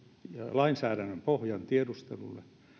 lainsäädännön pohjan tiedustelulle